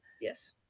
yes